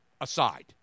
aside